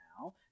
now